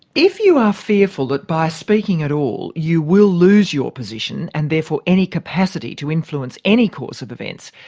if you are fearful that by speaking at all you will lose your position and therefore any capacity to influence any course of events,